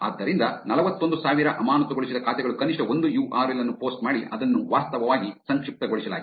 ಆದ್ದರಿಂದ ನಲವತ್ತೊಂದು ಸಾವಿರ ಅಮಾನತುಗೊಳಿಸಿದ ಖಾತೆಗಳು ಕನಿಷ್ಠ ಒಂದು ಯು ಆರ್ ಎಲ್ ಅನ್ನು ಪೋಸ್ಟ್ ಮಾಡಿ ಅದನ್ನು ವಾಸ್ತವವಾಗಿ ಸಂಕ್ಷಿಪ್ತಗೊಳಿಸಲಾಗಿದೆ